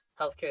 healthcare